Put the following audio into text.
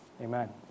Amen